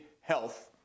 health